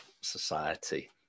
society